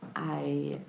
i